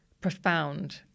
profound